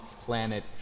planet